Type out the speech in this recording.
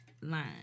line